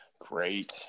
Great